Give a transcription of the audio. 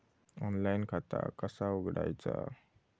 Online खाता कसा उघडायचा?